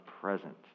present